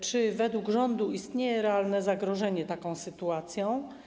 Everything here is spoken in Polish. Czy według rządu istnieje realne zagrożenie taką sytuacją?